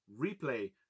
replay